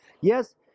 Yes